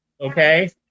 Okay